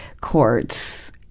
courts